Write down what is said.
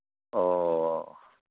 ꯑꯣ